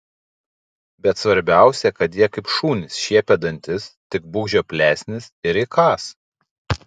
bet svarbiausia kad jie kaip šunys šiepia dantis tik būk žioplesnis ir įkąs